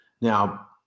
Now